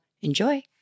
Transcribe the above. Enjoy